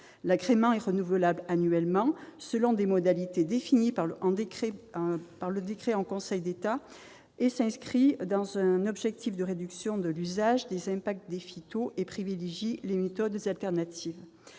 L'agrément est renouvelable annuellement, selon des modalités définies par décret en Conseil d'État et s'inscrit dans un objectif de réduction de l'usage et des impacts des produits « phytos », privilégiant les méthodes alternatives.